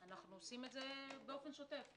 אנחנו עושים את זה באופן שוטף.